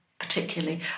Particularly